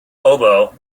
oboe